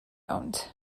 owned